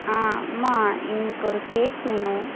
ஆ அம்மா எங்களுக்கு ஒரு கேக் வேணும்